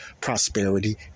prosperity